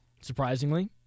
surprisingly